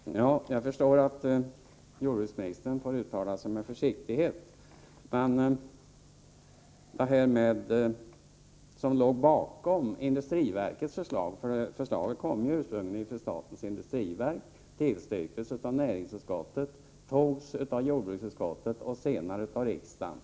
Herr talman! Jag förstår att jordbruksministern får uttala sig med försiktighet. Detta förslag kom ursprungligen från statens industriverk, tillstyrktes av näringsutskottet, antogs av jordbruksutskottet och senare av riksdagen.